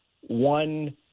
one